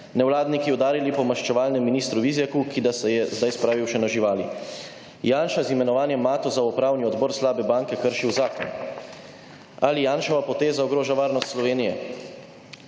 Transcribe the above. Nevladniki udarili po maščevalnem ministru Vizjaku, ki da se je zdaj spravil še na živali. Janša z imenovanjem Matoza v upravni odbor slabe banke kršil zakon. Ali Janševa poteza ogroža varnost Slovenije?